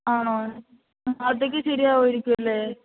ആണോ നാളത്തേക്കു ശരിയാവുമായിരിക്കുമല്ലെ